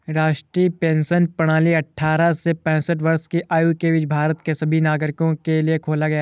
राष्ट्रीय पेंशन प्रणाली अट्ठारह से पेंसठ वर्ष की आयु के बीच भारत के सभी नागरिकों के लिए खोला गया